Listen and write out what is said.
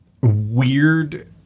weird